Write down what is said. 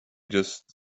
just